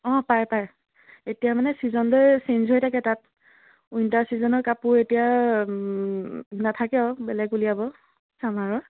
অঁ পায় পায় এতিয়া মানে ছিজন যে চেঞ্জ হৈ থাকে তাত উইণ্টাৰ ছিজনৰ কাপোৰ এতিয়া নাথাকে আৰু বেলেগ উলিয়াব চামাৰৰ